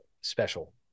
special